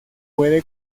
puede